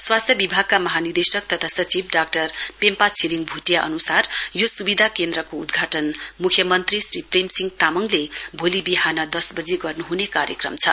स्वास्थ्य विभागका महानिदेशक तथा सचिव डाक्टर पेम्पा छिरिङ भूटिया अन्सार यो सुविधा केन्द्रको उद्घाटन मुख्यमन्त्री श्री प्रेमसिंह लामङले भोलि विहान दस बजी गर्नुह्ने कार्यक्रम छ